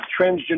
transgender